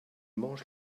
mangent